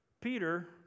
Peter